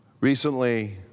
Recently